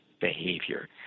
behavior